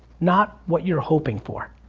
not what you're hoping for.